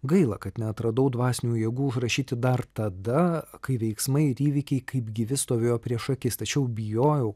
gaila kad neatradau dvasinių jėgų užrašyti dar tada kai veiksmai ir įvykiai kaip gyvi stovėjo prieš akis tačiau bijojau